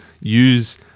use